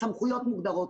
הסמכויות מוגדרות,